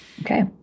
Okay